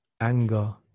anger